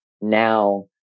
Now